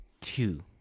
Two